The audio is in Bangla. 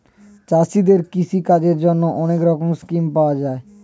চাষীদের কৃষি কাজের জন্যে অনেক রকমের স্কিম পাওয়া যায়